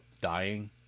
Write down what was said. dying